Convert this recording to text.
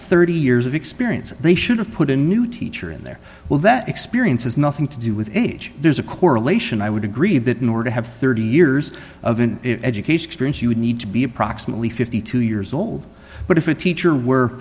thirty years of experience they should have put a new teacher in there well that experience has nothing to do with age there's a correlation i would agree that in order to have thirty years of an education she would need to be approximately fifty two years old but if a teacher were